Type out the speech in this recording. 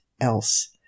else